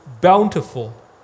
bountiful